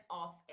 off